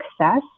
success